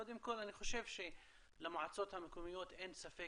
קודם כל אני חושב שלמועצות המקומיות אין ספק